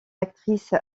actrices